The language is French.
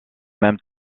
même